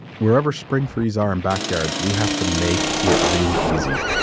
wherever springfrees are in backyards, we have to make it really easy.